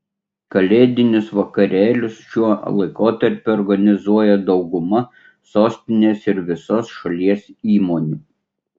kalėdinius vakarėlius šiuo laikotarpiu organizuoja dauguma sostinės ir visos šalies įmonių